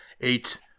eight